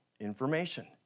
information